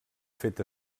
fet